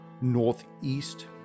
northeast